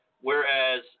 Whereas